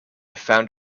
found